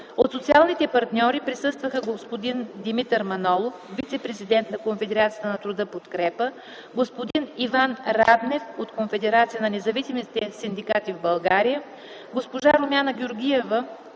От социалните партньори присъстваха господин Димитър Манолов, вицепрезидент на Конфедерацията на труда „Подкрепа”, господин Иван Раднев от Конфедерацията на независимите синдикати в България, госпожа Румяна Георгиева